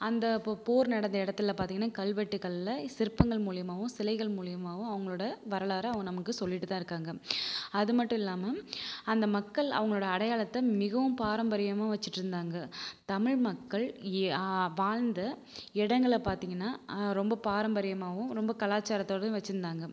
அந்த போ போர் நடந்த இடத்துல பார்த்தீங்கனா கல்வெட்டுகளில் சிற்பங்கள் மூலிமாவும் சிலைகள் மூலிமாவும் அவங்களோட வரலாறை அவங்க நமக்கு சொல்லிகிட்டுதான் இருக்காங்க அது மட்டும் இல்லாமல் அந்த மக்கள் அவங்களோடய அடையாளத்தை மிகவும் பாரம்பரியமாக வச்சுட்டு இருந்தாங்க தமிழ் மக்கள் ஏ ஆ வாழ்ந்த இடங்களை பார்த்தீங்கனா ரொம்ப பாரம்பரியமாகவும் ரொம்ப கலாச்சாரத்தோடையும் வச்சுருந்தாங்க